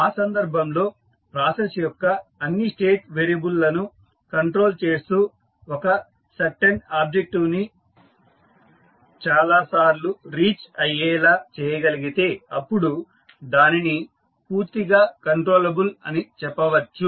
ఆ సందర్భంలో ప్రాసెస్ యొక్క అన్ని స్టేట్ వేరియబుల్ లను కంట్రోల్ చేస్తూ ఒక సర్టెన్ ఆబ్జెక్టివ్ ని చాలా సార్లు రీచ్ అయ్యేలా చేయగలిగితే అప్పుడు దానిని పూర్తిగా కంట్రోలబుల్ అని చెప్పవచ్చు